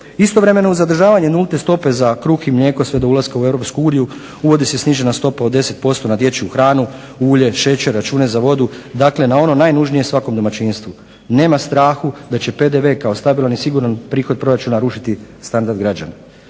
Istovremeno uz zadržavanje nulte stope za kruh i mlijeko sve do ulaska u Europsku uniju uvodi se i snižena stopa od 10% na dječju hranu, ulje, šećer, račune za vodu. Dakle, na ono najnužnije svakom domaćinstvu. Nema strahu da će PDV kao stabilan i siguran prihod proračuna rušiti standard građana.